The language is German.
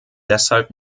deshalb